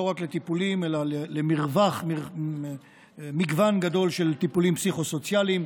לא רק לטיפולים אלא למגוון גדול של טיפולים פסיכו-סוציאליים,